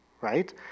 right